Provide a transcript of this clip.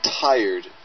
tired